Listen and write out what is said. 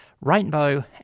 Rainbow